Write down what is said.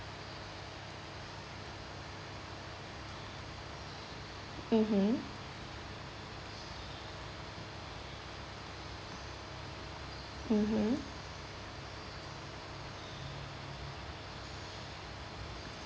mmhmm mmhmm